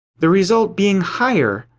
the result being higher,